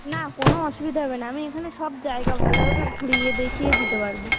না কোনও অসুবিধা হবে না আমি এখানে সব জায়গা ভালোভাবে ঘুরিয়ে দেখিয়ে দিতে পারবো